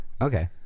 Okay